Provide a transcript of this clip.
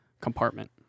compartment